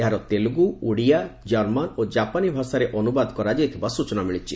ଏହାର ତେଲୁଗୁ ଓଡ଼ିଆ ଜର୍ମାନ୍ ଏବଂ ଜାପାନି ଭାଷାରେ ଅନୁବାଦ କରାଯାଇଥିବା ସ୍ଟଚନା ମିଳିଛି